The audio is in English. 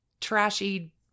trashy